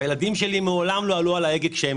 הילדים שלי מעולם לא עלו על ההגה כשהם